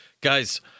guys